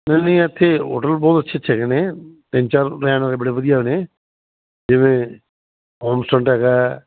ਨਈਂ ਨਈਂ ਐਥੇ ਹੋਟਲ ਬਹੁਤ ਅੱਛੇ ਅੱਛੇ ਹੈਗੇ ਨੇ ਤਿੰਨ ਚਾਰ ਬੜੇ ਵਧੀਆ ਨੇ ਜਿਵੇਂ ਹੋਮ ਸਟੱਡ ਹੈਗਾ ਐ